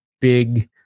big